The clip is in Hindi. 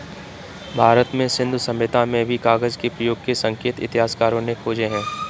भारत में सिन्धु सभ्यता में भी कागज के प्रयोग के संकेत इतिहासकारों ने खोजे हैं